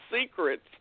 secrets